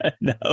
No